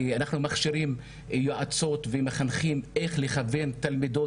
אנחנו מכשירים יועצות ומחנכים איך לכוון תלמידות